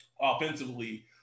offensively